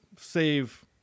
save